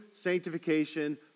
sanctification